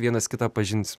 vienas kitą pažinsi